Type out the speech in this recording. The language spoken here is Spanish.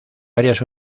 varias